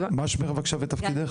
ברשותך.